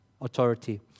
authority